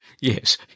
Yes